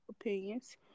opinions